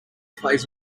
plays